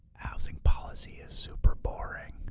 housing policy is super boring.